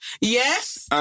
Yes